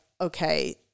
okay